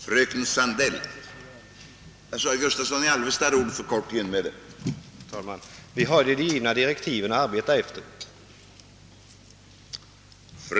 Herr talman! Vi har de givna direktiven att arbeta efter.